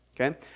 Okay